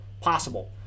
possible